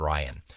Ryan